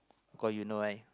call you know right